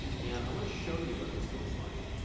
and i wanna show you what this looks like.